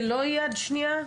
זה לא "יד שנייה"?